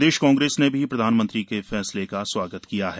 प्रदेश कांग्रेस ने भी प्रधानमंत्री के फैसले का स्वागत किया है